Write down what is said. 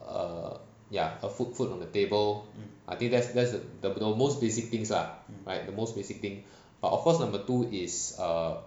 err ya err food food on the table I think that's that's the the most basic things lah like the most basic thing but of course number two is err